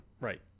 Right